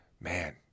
man